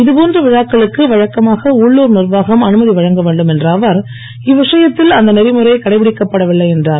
இது போன்ற விழாக்களுக்கு வழக்கமாக உள்ளூர் நிர்வாகம் அனுமதி வழங்க வேண்டும் என்ற அவர் இவ்விஷயத்தில் அந்த நெறிமுறை கடைபிடிக்கப் படவில்லை என்றார்